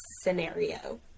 scenario